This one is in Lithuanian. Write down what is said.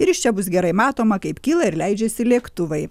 ir iš čia bus gerai matoma kaip kyla ir leidžiasi lėktuvai